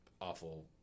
awful